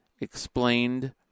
explained